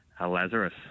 Lazarus